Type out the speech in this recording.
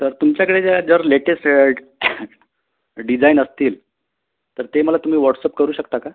तर तुमच्याकडे ज्या जर लेटेस्ट डिजाईन असतील तर ते मला तुम्ही वॉट्सअप करू शकता का